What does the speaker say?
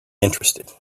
interested